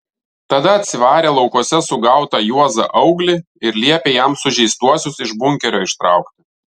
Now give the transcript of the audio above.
tada atsivarė laukuose sugautą juozą auglį ir liepė jam sužeistuosius iš bunkerio ištraukti